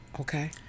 Okay